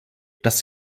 dass